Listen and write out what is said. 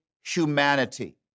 humanity